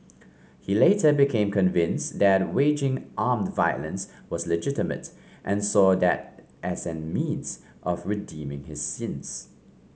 he later became convinced that waging armed violence was legitimate and saw that as a means of redeeming his sins